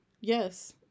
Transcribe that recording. Yes